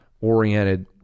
oriented